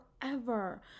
forever